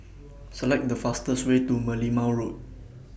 Select The fastest Way to Merlimau Road